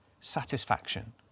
satisfaction